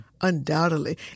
Undoubtedly